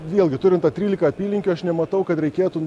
vėlgi turime trylika apylinkių aš nemanau kad reikėtų